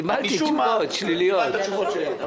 קיבלתי תשובות שליליות...